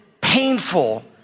painful